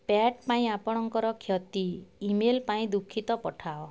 tap ପାଇଁ ଆପଣଙ୍କର କ୍ଷତି ଇମେଲ୍ ପାଇଁ ଦୁଃଖିତ ପଠାଅ